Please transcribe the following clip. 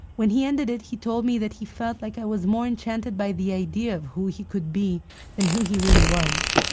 when he ended it, he told me that he felt like i was more enchanted by the idea of who he could be than and who he really was.